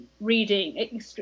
reading